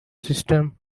system